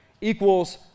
equals